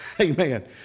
Amen